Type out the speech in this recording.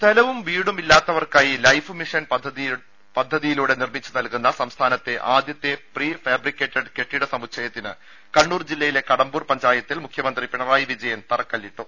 സ്ഥലവും വീടും ഇല്ലാത്തവർക്കായി ലൈഫ് മിഷൻ പദ്ധതിയിലൂടെ നിർമ്മിച്ചു നൽകുന്ന സംസ്ഥാനത്തെ ആദ്യത്തെ പ്രീ ഫാബ്രിക്കേറ്റഡ് കെട്ടിട സമുച്ചയത്തിന് കണ്ണൂർ ജില്ലയിലെ കടമ്പൂർ പഞ്ചായത്തിൽ മുഖ്യമന്ത്രി പിണറായി വിജയൻ തറക്കല്ലിട്ടു